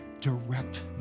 Direct